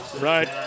right